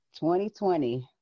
2020